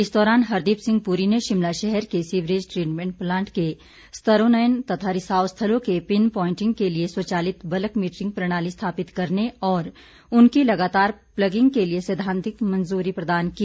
इस दौरान हरदीप सिंह पूरी ने शिमला शहर के सीवरेज ट्रीटमेंट प्लांट के स्तरोन्नयन तथा रिसाव स्थलों के पिन प्वांटिंग के लिए स्वचालित बल्कमिटरिंग प्रणाली स्थापित करने और उनकी लगातार प्लगिंग के लिए सैद्धांतिक मंजूरी प्रदान की